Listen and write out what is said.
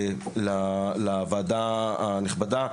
לוועדה הנכבדה,